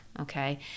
okay